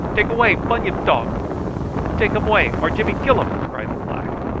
take away bunyip dog take um way or jimmy killum, cried the black.